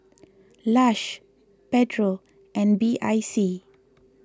Lush Pedro and B I C